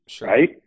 Right